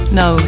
no